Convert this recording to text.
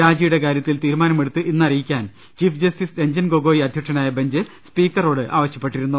രാജിയുടെ കാര്യത്തിൽ തീരുമാനമെടുത്ത് ഇന്നറിയിക്കാൻ ചീഫ് ജസ്റ്റിസ് രഞ്ജൻ ഗൊഗോയി അധ്യക്ഷനായ ബെഞ്ച് സ്പീക്ക റോട് ആവശ്യപ്പെട്ടിരുന്നു